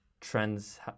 trends